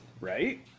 right